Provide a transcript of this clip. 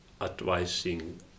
advising